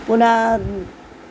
पुन्हा